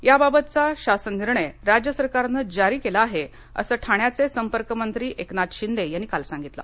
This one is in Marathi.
याबाबतचा शासन निर्णय राज्य सरकारने जारी केला आहे असं ठाण्याचे संपर्कमंत्री एकनाथ शिंदे यांनी काल सांगितलं